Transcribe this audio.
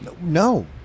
No